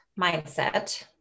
mindset